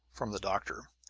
from the doctor,